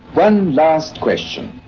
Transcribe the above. one last question.